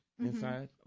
inside